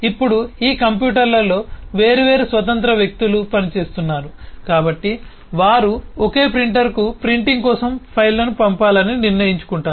ఇప్పుడు ఈ కంప్యూటర్లలో వేర్వేరు స్వతంత్ర వ్యక్తులు పనిచేస్తున్నారు కాబట్టి వారు ఒకే ప్రింటర్కు ప్రింటింగ్ కోసం ఫైళ్ళను పంపాలని నిర్ణయించుకుంటారు